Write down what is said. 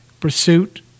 pursuit